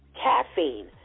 caffeine